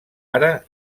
ara